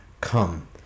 come